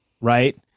right